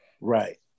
Right